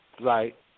Right